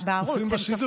הם צופים בשידור.